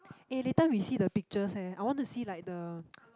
eh later we see the pictures leh I want to see like the